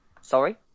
Sorry